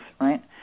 right